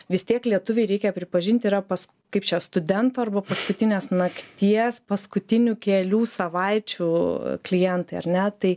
vis tiek lietuviai reikia pripažint yra pas kaip čia studento arba paskutinės nakties paskutinių kelių savaičių klientai ar ne tai